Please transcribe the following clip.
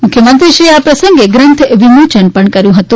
મુખ્યમંત્રીશ્રીએ આ પ્રસંગે ગ્રંથ વિમોચન પણ કર્યું હતું